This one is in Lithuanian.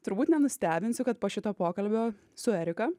turbūt nenustebinsiu kad po šito pokalbio su erika